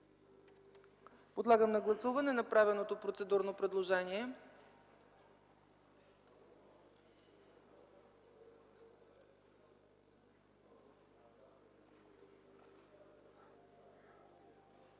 Подлагам на гласуване направеното процедурно предложение.